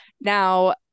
Now